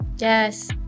Yes